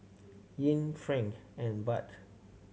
yen franc and Baht